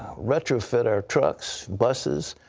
retrofit our trucks, buses,